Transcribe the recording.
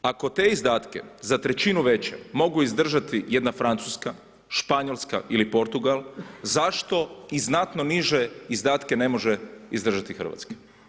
Ako te izdatke za trećinu veće mogu izdržati jedna Francuska, Španjolska ili Portugal, zašto i znatno niže izdatke ne može izdržati Hrvatska?